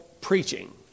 preaching